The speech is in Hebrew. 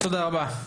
תודה רבה.